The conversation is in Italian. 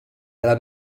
della